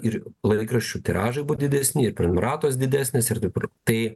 ir laikraščių tiražai buvo didesni ir prenumeratos didesnės ir dabar tai